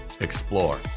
explore